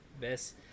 Best